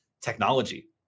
technology